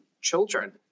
children